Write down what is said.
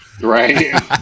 right